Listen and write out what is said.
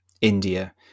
India